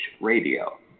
Radio